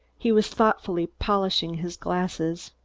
he was thoughtfully polishing his glasses.